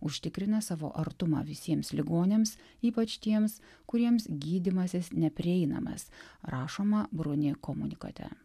užtikrina savo artumą visiems ligoniams ypač tiems kuriems gydymasis neprieinamas rašoma brunė komunikate